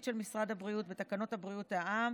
של משרד הבריאות בתקנות בריאות העם